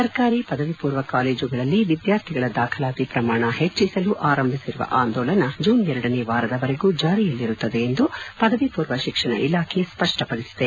ಸರ್ಕಾರಿ ಪದವಿ ಪೂರ್ವ ಕಾಲೇಜುಗಳಲ್ಲಿ ವಿದ್ಯಾರ್ಥಿಗಳ ದಾಖಲಾತಿ ಪ್ರಮಾಣ ಹೆಚ್ಚಿಸಲು ಆರಂಭಿಸಿರುವ ಆಂದೋಲನ ಜೂನ್ ಎರಡನೇ ವಾರದ ವರೆಗೂ ಜಾರಿಯಲ್ಲಿರುತ್ತದೆ ಎಂದು ಪದವಿ ಪೂರ್ವ ಶಿಕ್ಷಣ ಇಲಾಖೆ ಸ್ಪಷ್ಟಪಡಿಸಿದೆ